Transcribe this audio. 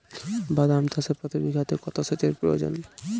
বাদাম চাষে প্রতি বিঘাতে কত সেচের প্রয়োজন?